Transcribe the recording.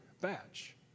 batch